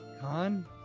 Con